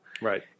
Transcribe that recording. Right